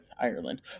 Ireland